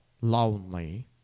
lonely